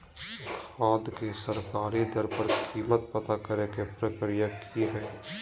खाद के सरकारी दर पर कीमत पता करे के प्रक्रिया की हय?